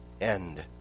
end